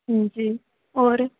हां जी होर